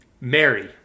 Mary